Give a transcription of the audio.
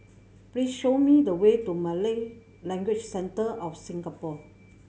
please show me the way to Malay Language Centre of Singapore